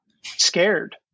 scared